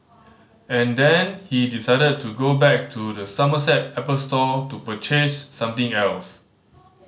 and then he decided to go back to the Somerset Apple store to purchase something else